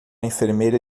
enfermeira